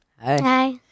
hi